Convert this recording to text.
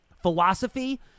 philosophy